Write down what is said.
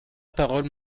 parole